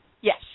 Yes